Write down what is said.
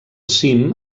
cim